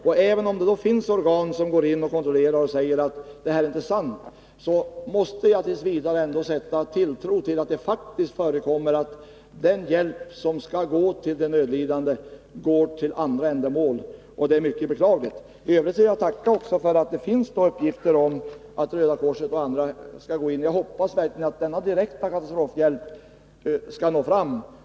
Och även om det finns organ som går in och kontrollerar och säger att det här inte är sant måste jag t. v. ändå sätta tilltro till uppgifter om att det faktiskt förekommer att den hjälp som skall gå till de nödlidande går till andra ändamål, och det är mycket beklagligt. I övrigt är jag tacksam för att det finns uppgifter om att Röda korset och andra organisationer skall gå in och hjälpa. Jag hoppas verkligen att denna direkta katastrofhjälp skall nå fram.